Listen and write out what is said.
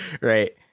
right